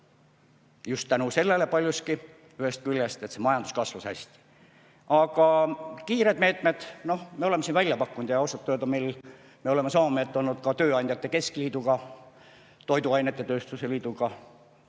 Just tänu sellele paljuski see majandus kasvas hästi. Aga kiired meetmed, noh, me oleme siin välja pakkunud ja ausalt öelda me oleme sama meelt olnud ka tööandjate keskliiduga, toiduainetööstuse liiduga,